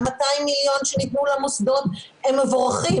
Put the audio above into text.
ה-200 מיליון שניתנו למוסדות הם מבורכים.